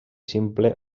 simple